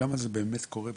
כמה זה באמת קורה בסוף?